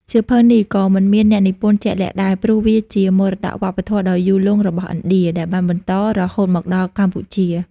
សៀវភៅនេះក៏មិនមានអ្នកនិពន្ធជាក់លាក់ដែរ ព្រោះវាជាមរតកវប្បធម៌ដ៏យូរលង់របស់ឥណ្ឌា ដែលបានបន្តរហូតមកដល់កម្ពុជា។